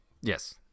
Yes